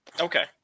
Okay